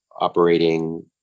operating